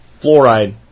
Fluoride